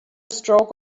stroke